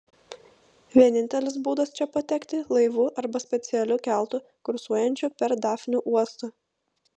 vienintelis būdas čia patekti laivu arba specialiu keltu kursuojančiu per dafnių uostą